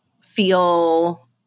feel